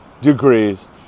degrees